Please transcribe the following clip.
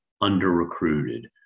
under-recruited